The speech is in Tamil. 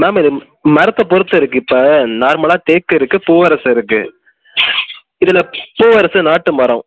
மேம் இது மரத்தை பொறுத்து இருக்குது இப்போ நார்மலாக தேக்கு இருக்குது பூவரசு இருக்குது இதில் பூவரசு நாட்டு மரம்